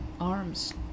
arms